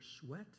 sweat